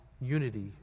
unity